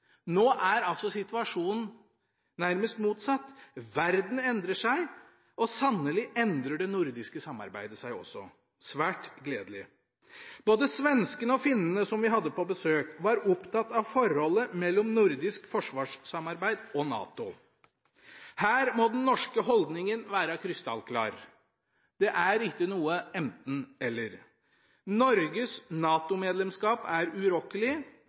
Nå er situasjonen nærmest motsatt. Verden endrer seg, og sannelig endrer det nordiske samarbeidet seg også – svært gledelig. Både svenskene og finnene som vi hadde på besøk, var opptatt av forholdet mellom nordisk forsvarssamarbeid og NATO. Her må den norske holdninga være krystallklar: Det er ikke noe enten–eller. Norges NATO-medlemskap er urokkelig